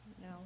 No